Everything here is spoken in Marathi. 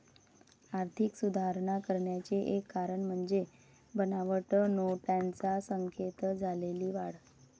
आर्थिक सुधारणा करण्याचे एक कारण म्हणजे बनावट नोटांच्या संख्येत झालेली वाढ